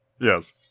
yes